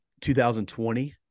2020